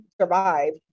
survive